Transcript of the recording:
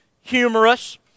humorous